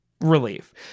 relief